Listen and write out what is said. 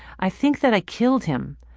i think that i killed him.